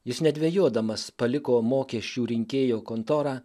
jis nedvejodamas paliko mokesčių rinkėjo kontorą